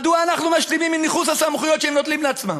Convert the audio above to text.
מדוע אנחנו משלימים עם ניכוס הסמכויות שהם נוטלים לעצמם?